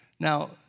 Now